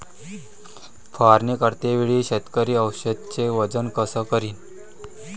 फवारणी करते वेळी शेतकरी औषधचे वजन कस करीन?